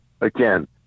again